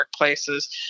workplaces